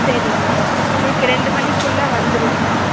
சரிங்க மேம் உங்களுக்கு ரெண்டு மணிக்குள்ள வந்துடுங்க மேம்